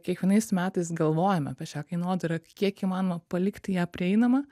kiekvienais metais galvojame apie šią kainodarą kiek įmanoma palikti ją prieinamą